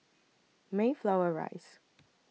Mayflower Rise